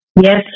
Yes